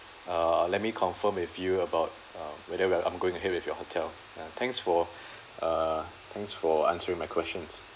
uh let me confirm with you about uh whether we're I'm going ahead with your hotel ya thanks for uh thanks for answering my questions